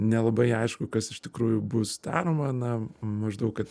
nelabai aišku kas iš tikrųjų bus daroma na maždaug kad